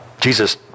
Jesus